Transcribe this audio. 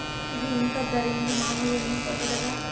ఇది ఇంత ధరేంది, మామూలు ఉన్ని కోటే కదా